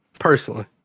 Personally